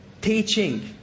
Teaching